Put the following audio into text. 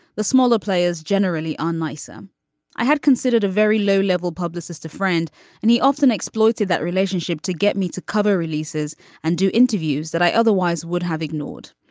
the smaller players generally on myself um i had considered a very low level publicist a friend and he often exploited that relationship to get me to cover releases and do interviews that i otherwise would have ignored.